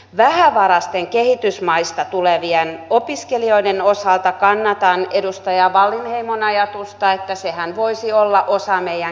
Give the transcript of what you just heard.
vähävaraisten kehitysmaista tulevien opiskelijoiden osalta kannatan edustaja wallinheimon ajatusta että sehän voisi olla osa meidän kehitysyhteistyötämme